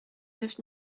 neuf